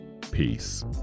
Peace